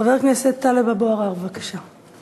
חבר הכנסת טלב אבו עראר, בבקשה.